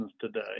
today